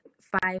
five